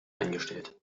eingestellt